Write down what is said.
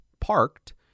parked